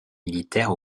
militaire